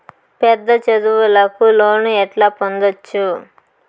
పెద్ద చదువులకు లోను ఎట్లా పొందొచ్చు